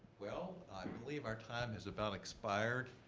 well, i believe our time has about expired.